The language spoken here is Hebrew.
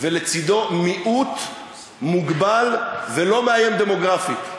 ולצדו מיעוט מוגבל ולא מאיים דמוגרפית,